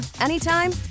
anytime